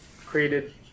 created